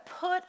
put